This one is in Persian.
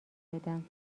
بدم